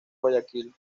guayaquil